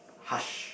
hush